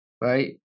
right